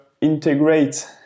integrate